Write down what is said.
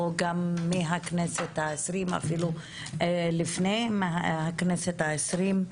גם מהכנסת ה-20 ואפילו לפני הכנסת ה-20.